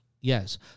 Yes